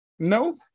No